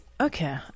okay